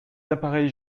appareils